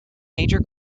major